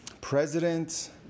President